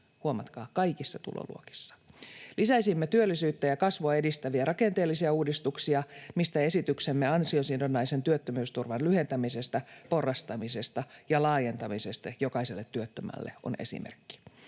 huomatkaa: kaikissa tuloluokissa. Lisäisimme työllisyyttä ja kasvua edistäviä rakenteellisia uudistuksia, mistä esityksemme ansiosidonnaisen työttömyysturvan lyhentämisestä, porrastamisesta ja laajentamisesta jokaiselle työttömälle on esimerkki.